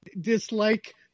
dislike